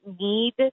need